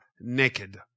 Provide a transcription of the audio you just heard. naked